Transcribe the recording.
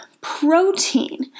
protein